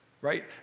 right